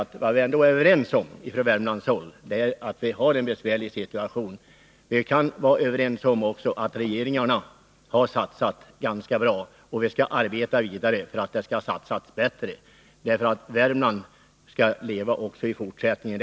Jag vill bara till sist säga att vad vi från Värmland ändå är överens om är att vi har en besvärlig situation. Vi kan också vara överens om att regeringarna har satsat ganska mycket på Värmland, och vi skall arbeta vidare för att det satsas mera, så att Värmland kan leva också i fortsättningen.